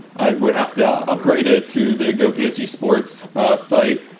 i would have to upgrade it to the gopsusports site.